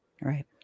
right